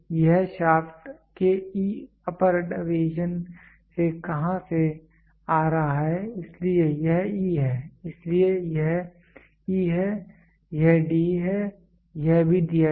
तो यह शाफ्ट के e अपर डेविएशन से कहां से आ रहा है इसलिए यह e है इसलिए यह e है यह d है यह भी दिया गया है